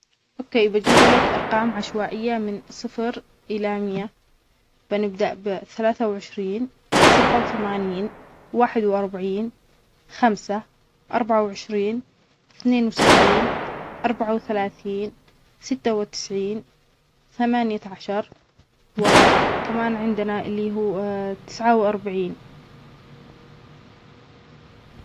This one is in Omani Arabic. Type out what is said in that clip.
أوك بجيبلك أرقام عشوائية من صفر إلى مية، بنبدأ بثلاثة وعشرين، سبعة وثمانين، واحد وأربعين، خمسة، أربعة وعشرين، أثنين وسبعين، أربعة وثلاثين، ستة وتسعين، ثمانية عشر، وكمان عندنا اللى هو تسعة تسعة وأربعين.